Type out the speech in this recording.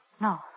No